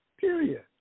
Period